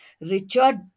Richard